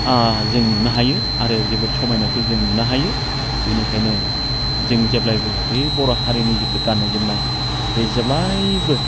जों नुनो हायो आरो जोबोद समायनायखौ जों नुनो हायो बेनिखायनो जोङो जेब्लायबो बे बर' हारिनि जिथु गाननाय जोमनाय बे जेब्लायबो